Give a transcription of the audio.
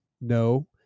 No